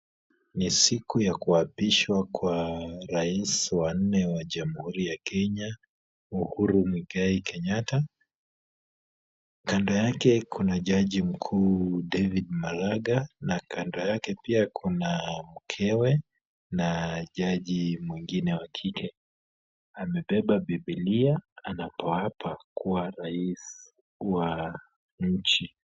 Ni siku ya kuapishwa kwa rais wa nne wa Jamhuri ya Kenya, Uhuru Muigai Kenyatta, kando yake kuna jaji mkuu, David Maraga, na kando yake pia kuna mkewe na jaji mwingine wa kike, amebeba Bibilia anapoapa kuwa rais wa nchi.